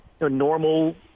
normal